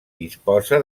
disposa